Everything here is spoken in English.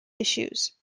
issues